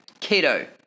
keto